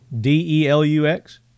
D-E-L-U-X